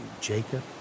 Jacob